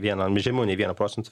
vienam žemiau nei vieną procentą